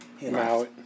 Wow